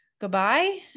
Goodbye